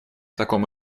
такому